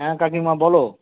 হ্যাঁ কাকিমা বলো